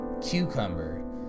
cucumber